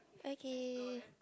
okay